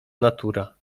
natura